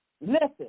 Listen